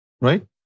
Right